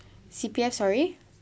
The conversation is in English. C_P_F sorry